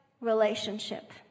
relationship